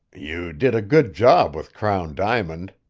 you did a good job with crown diamond,